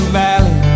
valley